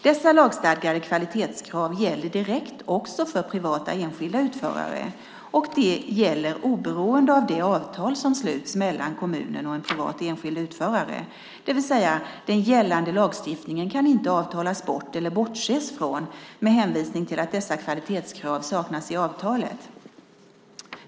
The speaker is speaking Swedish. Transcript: Dessa lagstadgade kvalitetskrav gäller direkt också för privata enskild utförare, det vill säga den gällande lagstiftningen kan inte avtalas bort eller bortses från med hänvisning till att dessa kvalitetskrav saknas i avtalet.